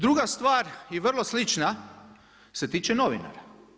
Druga stvar je vrlo slična, se tiče novinara.